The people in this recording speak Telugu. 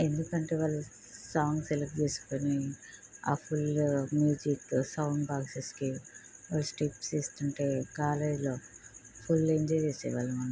ఎందుకంటే వాళ్ళు సాంగ్ సెలెక్ట్ చేసుకుని ఆ ఫుల్లు మ్యూజికు సౌండ్ బాక్సెస్కి స్టెప్స్ వేస్తుంటే కాలేజిలో ఫుల్ ఎంజాయ్ చేసేవాళ్ళము అన్నమాట